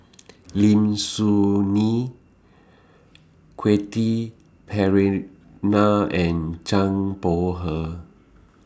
Lim Soo Ngee Quentin Pereira and Zhang Bohe